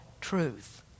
truth